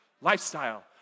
lifestyle